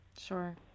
Sure